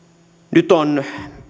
nyt on